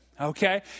Okay